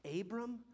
Abram